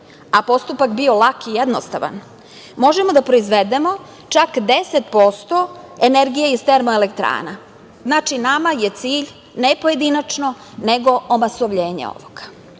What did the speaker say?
a postupak bio lak i jednostavan, možemo da proizvedemo čak 10% energije iz termoelektrana. Znači, nama je cilj ne pojedinačno, nego omasovljenje ovoga. Ono